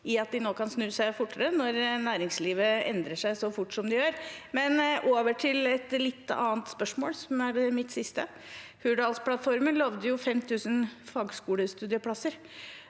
i at de nå kan snu seg fortere når næringslivet endrer seg så fort som det gjør. Over til et litt annet spørsmål, som er mitt siste: Hurdalsplattformen lovet jo 5 000 fagskolestudieplasser,